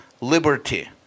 liberty